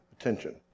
attention